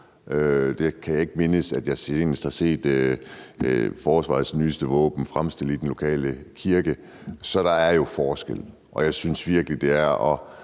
Der kan jeg ikke mindes, at jeg senest har set forsvarets nyeste våben fremstillet i den lokale kirke. Så der er jo forskel, og jeg synes virkelig, det er at